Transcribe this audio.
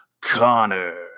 Connor